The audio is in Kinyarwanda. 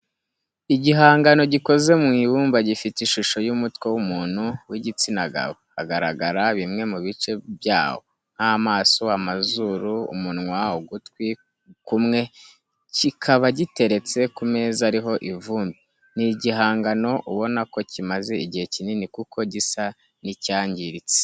Igihangano gikoze mu ibumba gifite ishusho y'umutwe w'umuntu w'igitsina gabo, hagaragara bimwe mu bice byawo nk'amaso, amazuru, umunwa ugutwi kumwe, kikaba giteretse ku meza ariho ivumbi. Ni igihangano ubona ko kimaze igihe kinini kuko gisa n'icyangiritse.